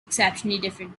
exceptionally